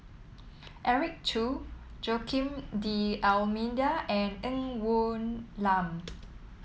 Eric Khoo Joaquim D'Almeida and Ng Woon Lam